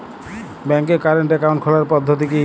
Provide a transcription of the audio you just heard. ব্যাংকে current account খোলার পদ্ধতি কি?